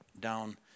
down